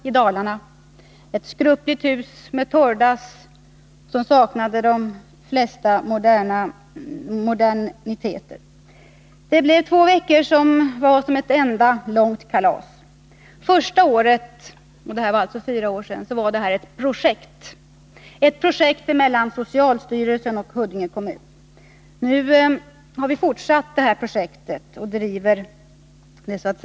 Det var ett skröpligt hus med torrdass, som saknade de flesta moderniteter. Det blev två veckor som var som ett enda långt kalas. Första året — det var för fyra år sedan — så var det här ett projekt mellan socialstyrelsen och Huddinge kommun. Nu har vi fortsatt detta projekt och driver det själva.